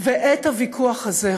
את הוויכוח הזה,